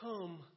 come